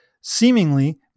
seemingly